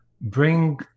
bring